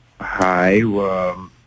Hi